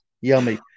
yummy